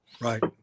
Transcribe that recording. Right